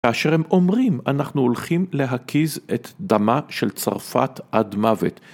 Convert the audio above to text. כאשר הם אומרים אנחנו הולכים להקיז את דמה של צרפת עד מוות.